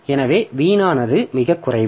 எனவே வீணானது மிகக் குறைவு